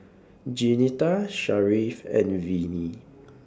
Jeanetta Sharif and Vinie